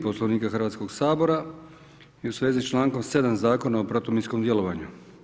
Poslovnika Hrvatskog sabora i u svezi s člankom 7. Zakona o protuminskom djelovanju.